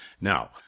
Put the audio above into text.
Now